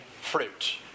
fruit